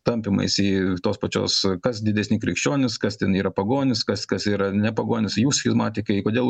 tampymaisi tos pačios kas didesni krikščionys kas ten yra pagonis kas kas yra ne pagonis jūs chizmatikai kodėl